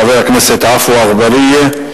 חבר הכנסת עפו אגבאריה,